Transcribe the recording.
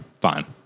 fine